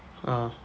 ah